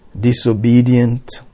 Disobedient